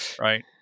right